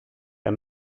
and